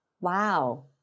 Wow